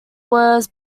was